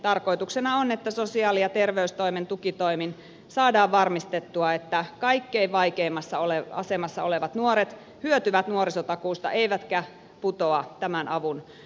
tarkoituksena on että sosiaali ja terveystoimen tukitoimin saadaan varmistettua että kaikkein vaikeimmassa asemassa olevat nuoret hyötyvät nuorisotakuusta eivätkä putoa tämän avun piiristä pois